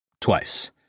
twice